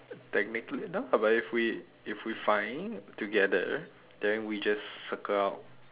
technically no but if we if we find together then we just circle out